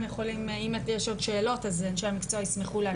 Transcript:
אם יש עוד שאלות אז אנשי המקצוע ישמחו להשיב.